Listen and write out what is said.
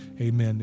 Amen